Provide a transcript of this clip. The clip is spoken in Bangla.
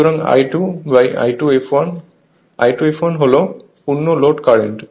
সুতরাং I2I2fl I2fl হল পূর্ণ লোড কারেন্ট